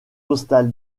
postale